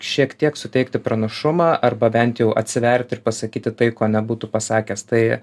šiek tiek suteikti pranašumą arba bent jau atsiverti ir pasakyti tai ko nebūtų pasakęs tai